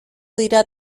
dira